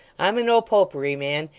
i'm a no-popery man,